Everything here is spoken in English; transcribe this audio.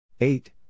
Eight